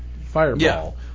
fireball